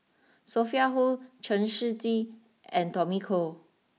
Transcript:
Sophia Hull Chen Shiji and Tommy Koh